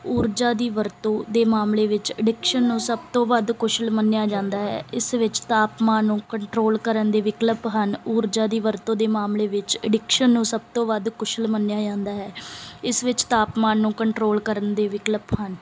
ਊਰਜਾ ਦੀ ਵਰਤੋਂ ਦੇ ਮਾਮਲੇ ਵਿੱਚ ਅਡਿਕਸ਼ਨ ਨੂੰ ਸਭ ਤੋਂ ਵੱਧ ਕੁਸ਼ਲ ਮੰਨਿਆ ਜਾਂਦਾ ਹੈ ਇਸ ਵਿੱਚ ਤਾਪਮਾਨ ਨੂੰ ਕੰਟਰੋਲ ਕਰਨ ਦੇ ਵਿਕਲਪ ਹਨ ਊਰਜਾ ਦੀ ਵਰਤੋਂ ਦੇ ਮਾਮਲੇ ਵਿੱਚ ਅਡਿਕਸ਼ਨ ਨੂੰ ਸਭ ਤੋਂ ਵੱਧ ਕੁਸ਼ਲ ਮੰਨਿਆ ਜਾਂਦਾ ਹੈ ਇਸ ਵਿੱਚ ਤਾਪਮਾਨ ਨੂੰ ਕੰਟਰੋਲ ਕਰਨ ਦੇ ਵਿਕਲਪ ਹਨ